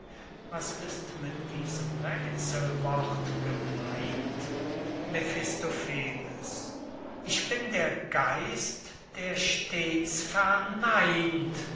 was ist mit diesem räthselwort gemeynt mephistopheles ich bin der geist der stets